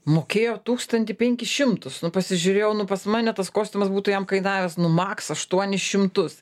mokėjo tūkstantį penkis šimtus nu pasižiūrėjau nu pas mane tas kostiumas būtų jam kainavęs nu maks aštuonis šimtus